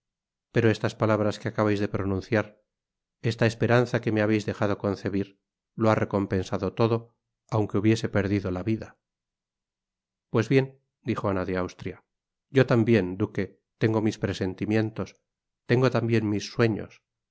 pero estas palabras que acabais de pronunciar esta esperanza que me habeis dejado concebir lo ha recompensado todo aunque hubiese perdido la vida pues bien dijo ana de austria yo tambien duque tengo mis presentimientos tengo tambien mis sueños